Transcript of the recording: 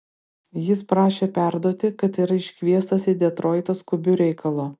jis prašė perduoti kad yra iškviestas į detroitą skubiu reikalu